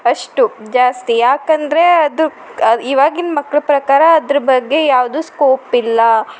ಅಷ್ಟು ಜಾಸ್ತಿ ಯಾಕಂದರೆ ಅದು ಇವಾಗಿನ ಮಕ್ಳ ಪ್ರಕಾರ ಅದ್ರ ಬಗ್ಗೆ ಯಾವುದೂ ಸ್ಕೋಪ್ ಇಲ್ಲ